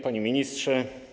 Panie Ministrze!